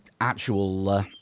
actual